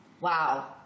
Wow